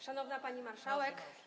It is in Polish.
Szanowna Pani Marszałek!